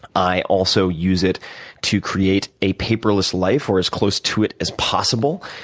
i also use it to create a paperless life or as close to it as possible.